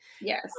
Yes